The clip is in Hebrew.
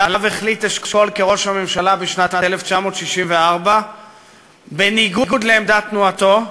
שעליו החליט אשכול כראש הממשלה בשנת 1964 בניגוד לעמדת תנועתו,